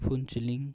Phuentsholing